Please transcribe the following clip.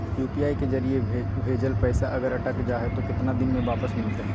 UPI के जरिए भजेल पैसा अगर अटक जा है तो कितना दिन में वापस मिलते?